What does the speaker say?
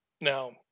Now